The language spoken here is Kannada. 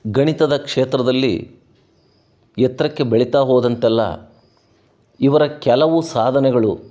ಗಣಿತದ ಕ್ಷೇತ್ರದಲ್ಲಿ ಎತ್ತರಕ್ಕೆ ಬೆಳೀತಾ ಹೋದಂತೆಲ್ಲ ಇವರ ಕೆಲವು ಸಾಧನೆಗಳು